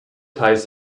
ties